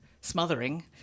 smothering